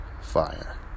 fire